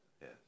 yes